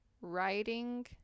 writing